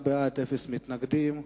אוקיי.